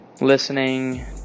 listening